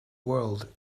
world